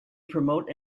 promote